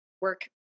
work